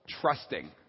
trusting